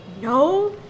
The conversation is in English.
no